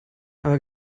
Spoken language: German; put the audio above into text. aber